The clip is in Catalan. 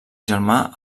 germà